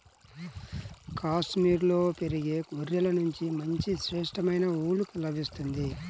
కాశ్మీరులో పెరిగే గొర్రెల నుంచి మంచి శ్రేష్టమైన ఊలు లభిస్తుంది